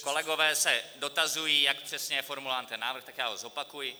Kolegové se dotazují, jak přesně je formulován ten návrh, tak já ho zopakuji.